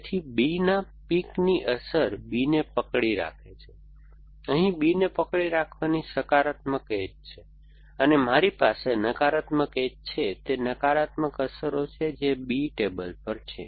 તેથી B ના પિકની અસર B ને પકડી રાખે છે તેથી અહીં B ને પકડી રાખવાની સકારાત્મક એજ છે અને મારી પાસે નકારાત્મક એજ છે તે નકારાત્મક અસરો છે જે B ટેબલ પર છે